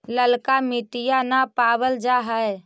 ललका मिटीया न पाबल जा है?